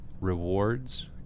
rewards